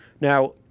Now